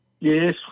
Yes